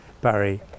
Barry